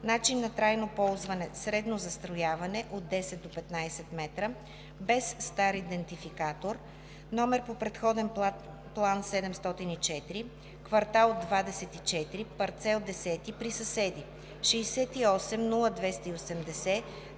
начин на трайно ползване – средно застрояване (от 10 до 15 м), без стар идентификатор, номер по предходен план 704, квартал 24, парцел X, при съседи: 680280.503.9102,